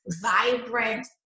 vibrant